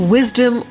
Wisdom